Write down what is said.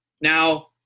Now